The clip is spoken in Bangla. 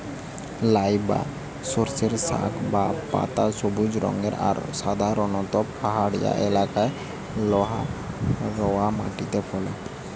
লাই বা সর্ষের শাক বা পাতা সবুজ রঙের আর সাধারণত পাহাড়িয়া এলাকারে লহা রওয়া মাটিরে ফলে